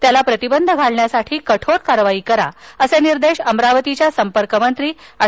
त्याला प्रतिबंध घालण्यासाठी कठोर कारवाई करा असे निर्देश अमरावतीच्या संपर्कमंत्री एड